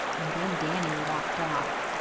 and then danny walked off.